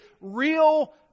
real